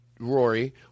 Rory